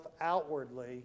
outwardly